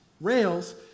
rails